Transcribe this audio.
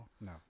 No